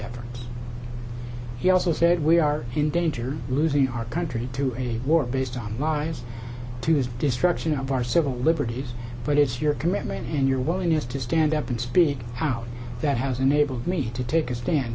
ever he also said we are in danger of losing our country to a war based on lies to his destruction of our civil liberties but it's your commitment and your willingness to stand up and speak out that has enabled me to take a stand